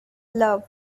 love